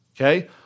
Okay